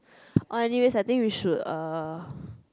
oh anyways I think we should uh